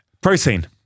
Protein